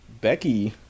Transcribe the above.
Becky